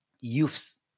youths